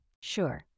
Sure